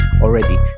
already